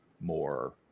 more